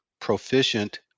proficient